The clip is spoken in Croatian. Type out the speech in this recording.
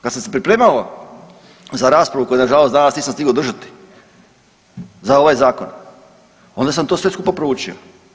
Ja sam se pripremao za raspravu koju na žalost danas nisam stigao održati za ovaj zakon, onda sam to sve skupa proučio.